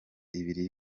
ibiri